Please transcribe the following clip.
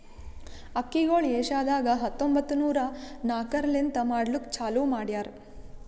ಅಕ್ಕಿಗೊಳ್ ಏಷ್ಯಾದಾಗ್ ಹತ್ತೊಂಬತ್ತು ನೂರಾ ನಾಕರ್ಲಿಂತ್ ಮಾಡ್ಲುಕ್ ಚಾಲೂ ಮಾಡ್ಯಾರ್